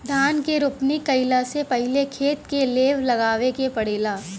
धान के रोपनी कइला से पहिले खेत के लेव लगावे के पड़ेला